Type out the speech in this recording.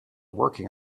working